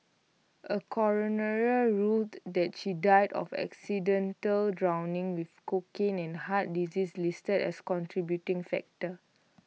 A coroner ruled that she died of accidental drowning with cocaine and heart disease listed as contributing factors